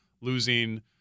losing